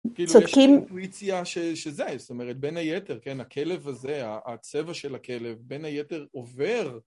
כאילו יש אינטואיציה שזה, זאת אומרת בין היתר כן, הכלב הזה, הצבע של הכלב בין היתר עובר.